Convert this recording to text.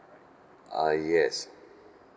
uh yes